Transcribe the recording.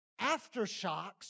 aftershocks